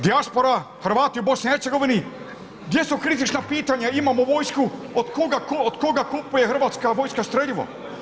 Dijaspora, Hrvati u BiH, gdje su kritična pitanja, imamo vojsku od koga kupuje Hrvatska vojska streljivo.